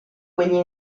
quegli